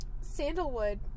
Sandalwood